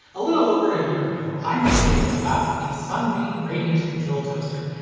a little over a year ago i made a video about the sunbeam radiant control toaster,